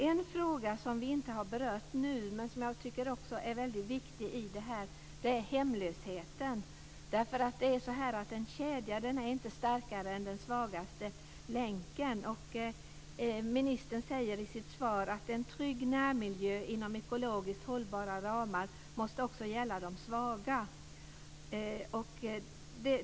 En fråga som vi inte har berört nu men som jag tycker är mycket viktig i detta sammanhang är hemlösheten. En kedja är nämligen inte starkare än sin svagaste länk. Ministern säger i sitt svar att en trygg närmiljö inom ekologiskt hållbara ramar också måste gälla de svaga.